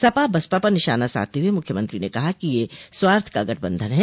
सपा बसपा पर निशाना साधते हुए मुख्यमंत्री न कहा कि यह स्वार्थ का गठबंधन है